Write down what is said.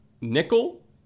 nickel